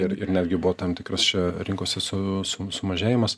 ir ir netgi buvo tam tikras čia rinkose su su sumažėjimas